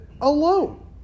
alone